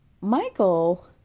Michael